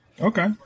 Okay